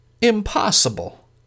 impossible